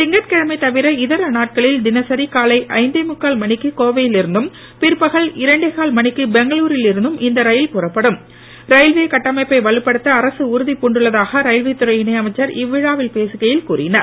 திங்கட்கிழமை தவிர இதர நாட்களில் தினசரி காலை ஐந்தேமுக்கால் மணிக்கு கோவையில் இருந்தும் பிற்பகல் இரண்டேகால் மணிக்கு பெங்களூரில் இருந்தும் இந்த ரயில் புறப்படும் ரயில்வே கட்டமைப்பை வலுப்படுத்த அரசு உறுதி புண்டுள்ளதாக ரயில்வே துறை இணை அமைச்சர் இவ்விழாவில் பேசுகையில் கூறினார்